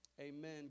Amen